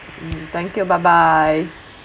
mm thank you bye bye